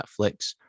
netflix